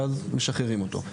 ואז משחררים אותו.